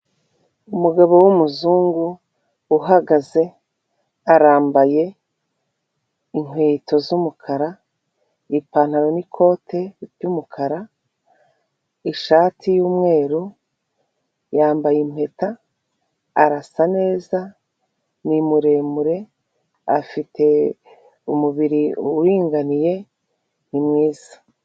Umugabo w'umuzungu uhagaze, arambaye inkweto z'umukara, ipantaro n'ikote ry'umukara, ishati y'umweru, yambaye impeta, arasa neza, ni muremure, afite umubiri uringaniye, ni mwiza.